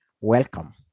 welcome